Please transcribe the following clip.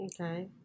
okay